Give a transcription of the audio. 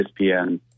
ESPN